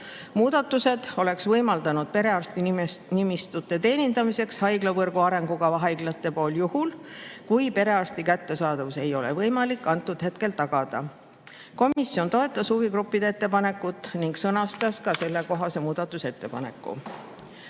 muudatus oleks võimaldanud perearstinimistut teenindada haiglavõrgu arengukava haiglatel, juhul kui perearsti kättesaadavust ei ole võimalik tagada. Komisjon toetas huvigruppide ettepanekut ning sõnastas selle kohta muudatusettepaneku.